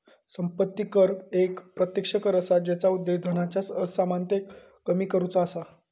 संपत्ती कर एक प्रत्यक्ष कर असा जेचा उद्देश धनाच्या असमानतेक कमी करुचा असा